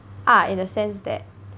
ah in a sense that